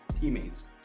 teammates